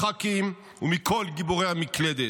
הח"כים וכל גיבורי המקלדת: